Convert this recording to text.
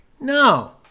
No